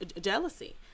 jealousy